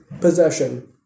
possession